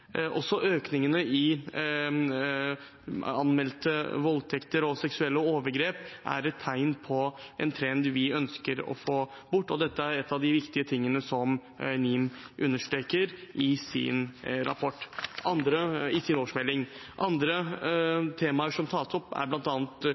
Også økningen i anmeldte voldtekter og seksuelle overgrep er tegn på en trend vi ønsker å få bort, og en av de viktige tingene som NIM understreker i sin årsmelding. Andre